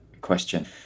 question